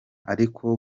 ariko